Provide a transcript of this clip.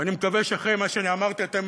ואני מקווה שאחרי מה שאני אמרתי אתם